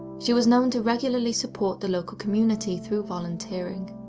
she was known to regularly support the local community through volunteering.